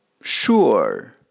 Sure